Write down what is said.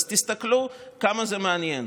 אז תסתכלו כמה זה מעניין.